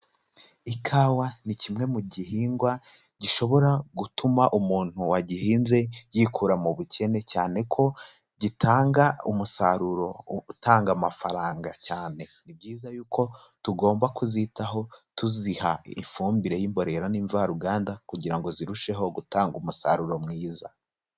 Ikawa ni kimwe mu gihingwa gishobora gutuma umuntu wagihinze yikura mu bukene cyane ko gitanga umusaruro utanga amafaranga cyane, ni byiza yuko tugomba kuzitaho tuziha ifumbire y'imborera n'imvaruganda kugira ngo zirusheho gutanga umusaruro mwiza.